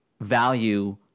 value